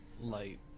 light